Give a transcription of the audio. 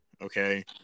Okay